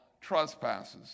trespasses